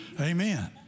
Amen